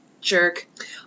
jerk